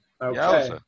Okay